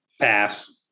Pass